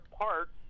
parts